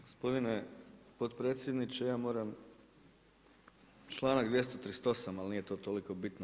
Gospodine potpredsjedniče, ja moram članak 238. ali nije to toliko bitno.